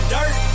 Dirt